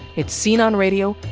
it's scene on radio,